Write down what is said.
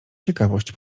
ciekawość